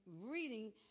reading